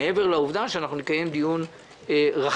מעבר לעובדה שאנחנו נקיים דיון רחב